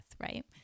right